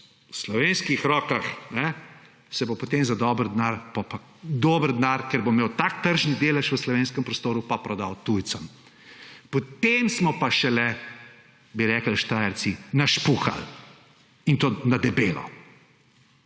v slovenskih rokah, se bo potem za dober denar – dober denar, ker bo imel tak tržni delež v slovenskem prostoru – prodal tujcem. Potem smo pa šele, kot bi rekli Štajerci, našpukali, in to na debelo.